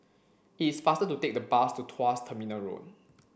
it's faster to take the bus to Tuas Terminal Road